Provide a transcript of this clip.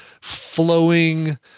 flowing